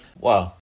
Wow